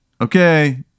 Okay